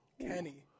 Kenny